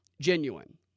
genuine